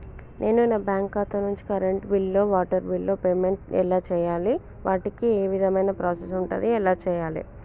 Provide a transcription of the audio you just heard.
నేను నా బ్యాంకు ఖాతా నుంచి కరెంట్ బిల్లో వాటర్ బిల్లో పేమెంట్ ఎలా చేయాలి? వాటికి ఏ విధమైన ప్రాసెస్ ఉంటది? ఎలా చేయాలే?